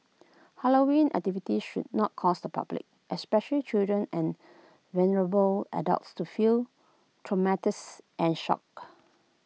Halloween activities should not cause the public especially children and vulnerable adults to feel traumatise and shock